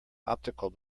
optical